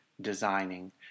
designing